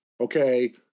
okay